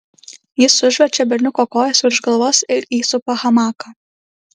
jis užverčia berniuko kojas virš galvos ir įsupa hamaką